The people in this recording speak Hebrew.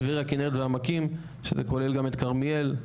טבריה כנרת והעמקים שזה כולל גם את כרמיאל,